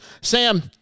Sam